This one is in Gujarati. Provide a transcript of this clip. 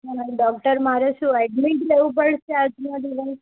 મને ડૉક્ટર મારે શું ઍડમિટ રહેવું પડશે આજનો દિવસ